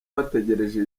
bategereje